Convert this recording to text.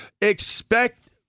expect